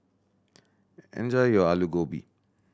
enjoy your Aloo Gobi